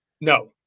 No